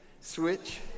switch